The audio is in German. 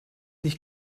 nicht